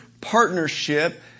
partnership